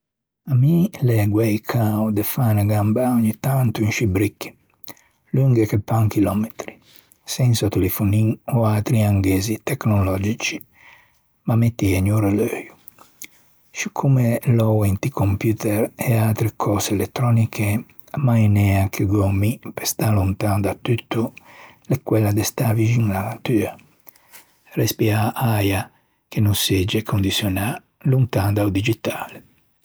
A mi l'é guæi cao de fâ unna gambâ ògni tanto in scî bricchi, longhe che pan chillòmetri, sensa telefonin ò atri angæzi tecnològici ma me tëgno o releuio. Scicomme lou inti computer e atre cöse elettròniche a mainea che gh'ò mi pe stâ lontan da tutto l'é quella de stâ vixin a-a natua, respiâ äia ch'a no segge condiçionâ, lontan da-o digitale.